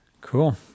cool